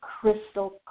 crystal